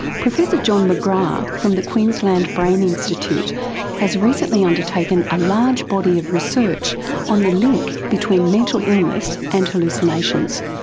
professor john mcgrath from the queensland brain institute has recently undertaken a large body of research on the link between mental illness and hallucinations.